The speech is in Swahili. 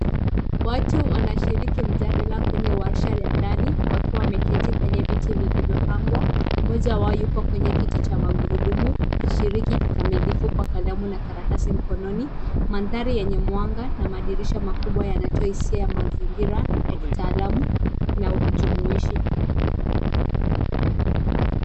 Watu wanashiriki mjadala kwenye warsha ya ndani wakiwa wameketi kwenye viti vilivyopangwa. Mmoja wao yupo kwenye kiti cha magurudumu akishiriki kikamilifu kwa kalamu na karatasi mkononi. Mandhari yenye mwanga na madirisha makubwa yanatoa hisia ya mazingira ya kitalamu na jumuishi.